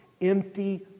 empty